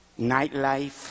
nightlife